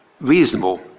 reasonable